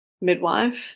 midwife